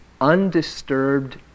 undisturbed